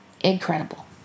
incredible